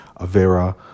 Avera